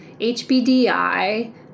HBDI